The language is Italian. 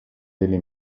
delle